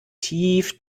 tief